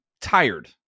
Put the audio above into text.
tired